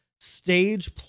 stage